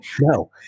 No